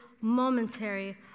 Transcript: momentary